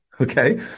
okay